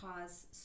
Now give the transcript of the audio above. cause